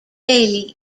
bailey